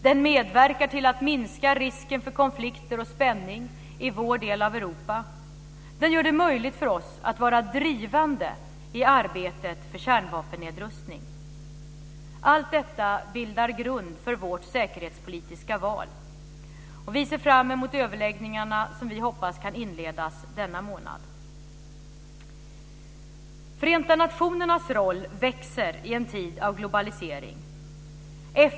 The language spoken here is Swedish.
Den medverkar till att minska risken för konflikter och spänning i vår del av Europa. Den gör det möjligt för oss att vara drivande i arbetet för kärnvapennedrustning. Allt detta bildar grund för vårt säkerhetspolitiska val. Vi ser fram emot överläggningarna, som vi hoppas kan inledas denna månad. Förenta nationernas roll växer i en tid av globalisering.